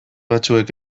batzuek